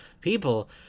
people